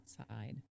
outside